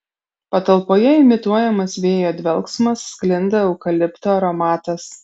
patalpoje imituojamas vėjo dvelksmas sklinda eukalipto aromatas